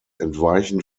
entweichen